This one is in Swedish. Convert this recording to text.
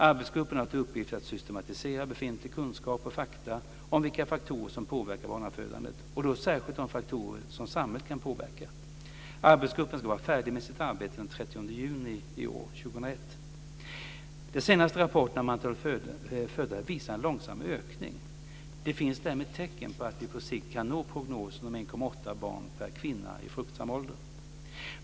Arbetsgruppen har till uppgift att systematisera befintliga kunskaper och fakta om vilka faktorer som påverkar barnafödandet, och då särskilt de faktorer som samhället kan påverka. Arbetsgruppen ska vara färdig med sitt arbete den 30 juni 2001. De senaste rapporterna om antalet födda visar en långsam ökning. Det finns därmed tecken på att vi på sikt kan nå prognosen om 1,8 barn per kvinna i fruktsam ålder.